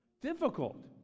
difficult